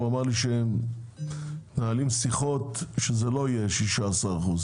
הוא אמר לי שהם מנהלים שיחות שזה לא יהיה 16 אחוזים